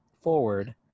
forward